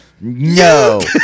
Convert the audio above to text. No